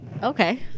Okay